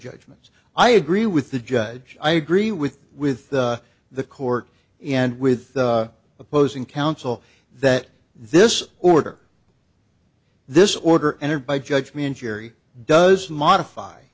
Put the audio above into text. judgments i agree with the judge i agree with with the court and with opposing counsel that this order this order entered by judge me and jerry does modify